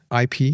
IP